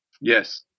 Yes